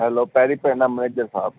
hello ਪੈਰੀਂ ਪੈਂਦਾ manager ਸਾਹਿਬ